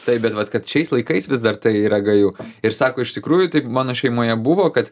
taip bet vat kad šiais laikais vis dar tai yra gaju ir sako iš tikrųjų taip mano šeimoje buvo kad